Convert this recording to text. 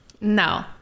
no